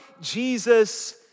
Jesus